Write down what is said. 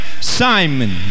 Simon